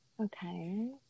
Okay